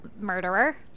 murderer